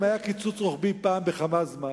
אם היה קיצוץ רוחבי פעם בכמה זמן,